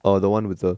oh the one with the